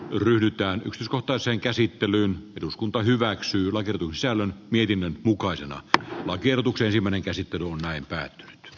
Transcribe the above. yritän ottaa sen käsittelyyn eduskunta hyväksyy lakin isälle mietinnön mukaisena lakiehdotuksen kymmenen käsittelun vähentää